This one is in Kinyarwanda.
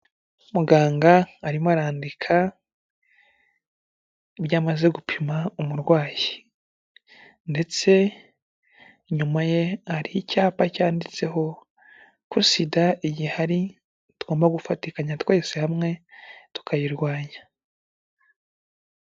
Muganga arimo arandika ibyo amaze gupima umurwayi, ndetse inyuma ye hari icyapa cyanditseho ko sida igihari, tugomba gufatikanya twese hamwe tukayirwanya.